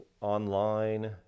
online